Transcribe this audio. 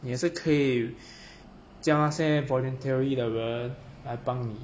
你也是可以叫那些 voluntary 的人来帮你